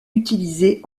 utilisée